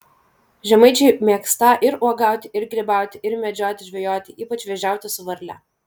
žemaičiai mėgstą ir uogauti ir grybauti ir medžioti žvejoti ypač vėžiauti su varle